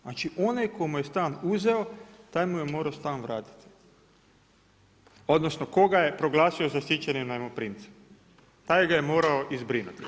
Znači onaj tko mu je stan uzeo taj mu je morao stan vratiti odnosno tko ga je proglasio zaštićenim najmoprimcem, taj ga je morao i zbrinutu.